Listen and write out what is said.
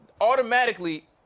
automatically